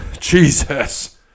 Jesus